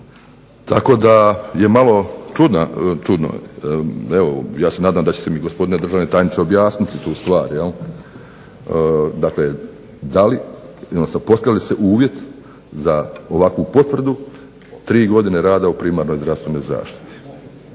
Tako da je malo čudno, evo ja se nadam da ćete mi gospodine državni tajniče objasniti tu stvar, dakle postavlja li se uvjet za ovakvu potvrdu 3 godine rada u primarnoj zdravstvenoj zaštiti.